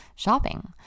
shopping